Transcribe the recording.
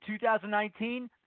2019